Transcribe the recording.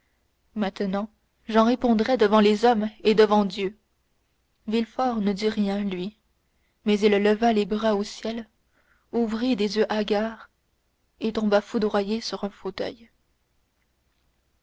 maintenant j'en répondrais devant les hommes et devant dieu villefort ne dit rien lui mais il leva les bras au ciel ouvrit des yeux hagards et tomba foudroyé sur un fauteuil